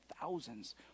thousands